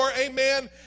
Amen